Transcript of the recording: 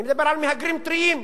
אני מדבר על מהגרים טריים.